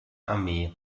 armee